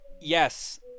yes